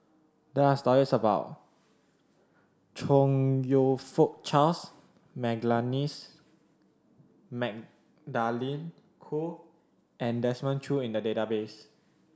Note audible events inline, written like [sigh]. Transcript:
there are stories about Chong You Fook Charles [unintelligible] Magdalene Khoo and Desmond Choo in the database